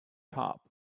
top